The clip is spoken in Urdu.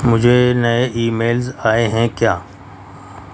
مجھے نئے ای میلز آئے ہیں کیا